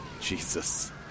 Jesus